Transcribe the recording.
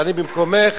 אני במקומך